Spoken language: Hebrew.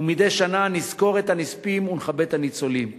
ומדי שנה נזכור את הנספים ונכבד את הניצולים.